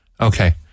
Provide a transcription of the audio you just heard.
Okay